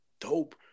dope